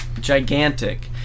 Gigantic